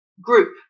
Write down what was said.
group